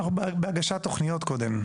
בהגשת תוכניות,